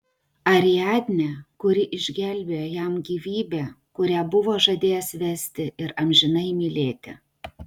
ariadnę kuri išgelbėjo jam gyvybę kurią buvo žadėjęs vesti ir amžinai mylėti